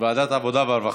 לוועדת העבודה, הרווחה